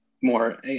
more